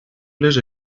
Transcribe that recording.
les